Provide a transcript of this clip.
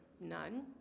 none